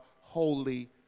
Holy